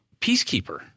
Peacekeeper